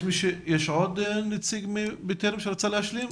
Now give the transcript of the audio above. יש עוד נציג מ'בטרם' שרצה להשלים?